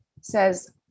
says